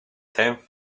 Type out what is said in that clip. tenth